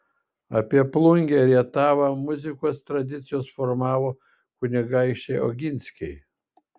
apie plungę rietavą muzikos tradicijas formavo kunigaikščiai oginskiai